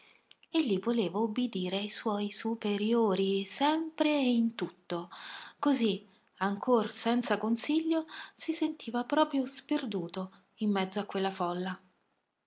mancanza egli voleva ubbidire ai suoi superiori sempre e in tutto così ancor senza consiglio si sentiva proprio sperduto in mezzo a quella folla